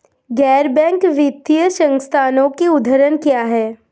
गैर बैंक वित्तीय संस्थानों के उदाहरण क्या हैं?